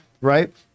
right